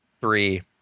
three